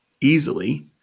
easily